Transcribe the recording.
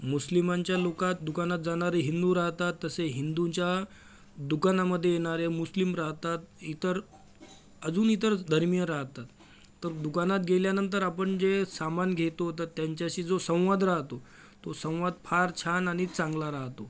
मुस्लिमांच्या लोकात दुकानात जाणारे हिंदू राहतात तसे हिंदूंच्या दुकानामध्ये येणारे मुस्लिम राहतात इतर अजून इतर धर्मीय राहतात तर दुकानात गेल्यानंतर आपण जे सामान घेतो तर त्यांचाशी जो संवाद राहतो तो संवाद फार छान आणि चांगला राहतो